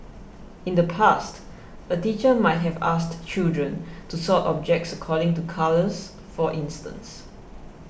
in the past a teacher might have asked children to sort objects according to colours for instance